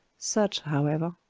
such, however,